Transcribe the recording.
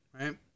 right